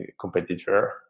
competitor